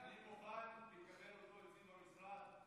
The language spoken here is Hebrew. אני מוכן לקבל אותו אצלי במשרד,